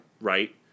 right